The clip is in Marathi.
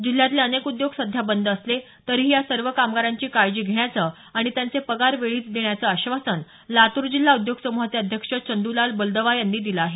जिल्ह्यातले अनेक उद्योग सध्या बंद असले तरीही या सर्व कामगारांची काळजी घेण्याचं आणि त्यांचे पगार वेळीच देण्याचं आश्वासन लातूर जिल्हा उद्योग समूहाचे अध्यक्ष चंदुलाल बलदवा यांनी दिलं आहे